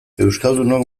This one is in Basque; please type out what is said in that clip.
euskaldunok